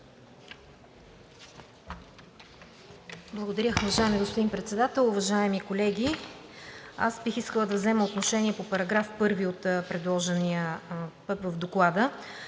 Благодаря. Уважаеми господин Председател, уважаеми колеги, аз бих искала да взема отношение по § 1 от предложенията в Доклада.